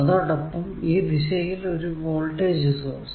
അതോടൊപ്പം ഈ ദിശയിൽ ഒരു വോൾടേജ് സോഴ്സ്